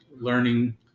learning